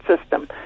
system